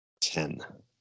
Ten